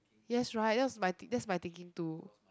yes right that was my th~ that's my thinking too